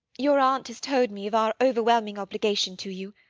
your aunt has told me of our overwhelming obligation to you.